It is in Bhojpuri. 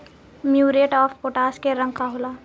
म्यूरेट ऑफ पोटाश के रंग का होला?